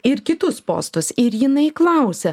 ir kitus postus ir jinai klausia